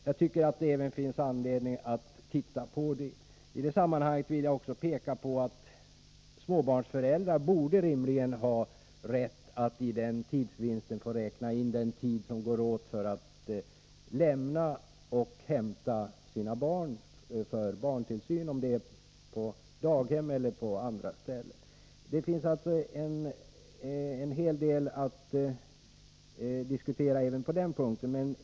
Jag tycker att det finns anledning att se närmare även på den frågan. I detta sammanhang vill jag även peka på att småbarnsföräldrar som får barntillsyn på daghem eller på andra ställen rimligen borde ha rätt att räkna in tidsvinster som de gör i samband med att de lämnar in och hämtar sina barn där. Det finns alltså en hel del att diskutera även när det gäller den här punkten.